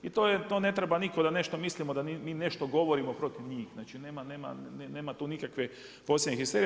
I to ne treba nitko da nešto mislimo da mi nešto govorimo protiv njih, znači nema tu nikakve posebne histerije.